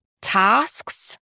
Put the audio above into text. tasks